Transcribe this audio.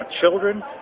Children